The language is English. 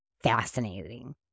fascinating